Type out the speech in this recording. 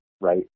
right